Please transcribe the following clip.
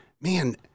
man